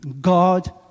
God